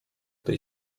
tej